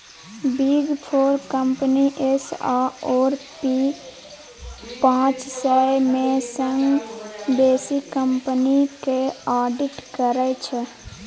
big four company S आओर P पाँच सय मे सँ बेसी कंपनीक आडिट करै छै